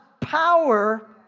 power